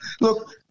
Look